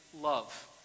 love